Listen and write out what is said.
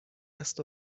است